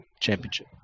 championship